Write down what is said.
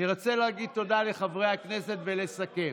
אני רוצה להגיד תודה לחברי הכנסת ולסכם.